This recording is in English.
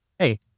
Hey